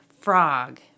frog